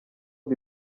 the